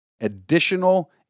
additional